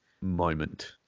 moment